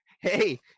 Hey